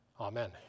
Amen